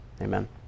Amen